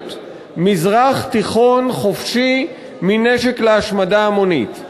מזרח תיכון חופשי מנשק להשמדה המונית.